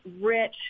rich